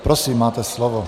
Prosím, máte slovo.